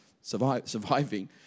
surviving